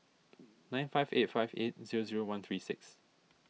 nine five eight five eight zero zero one three six